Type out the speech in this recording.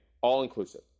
All-inclusive